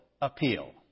appeal